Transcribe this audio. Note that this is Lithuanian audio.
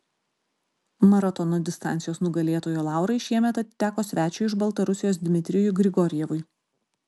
maratono distancijos nugalėtojo laurai šiemet atiteko svečiui iš baltarusijos dmitrijui grigorjevui